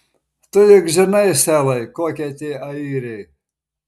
tu juk žinai selai kokie tie airiai